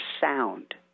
sound